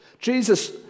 Jesus